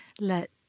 let